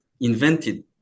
invented